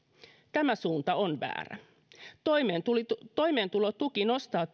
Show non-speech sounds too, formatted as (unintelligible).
tämä suunta on väärä toimeentulotuki nostaa (unintelligible)